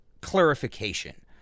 clarification